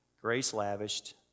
grace-lavished